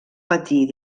patir